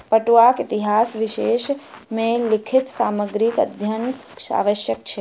पटुआक इतिहासक विषय मे लिखित सामग्रीक अध्ययनक आवश्यक छै